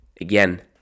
again